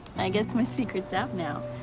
i guess my secret's out now.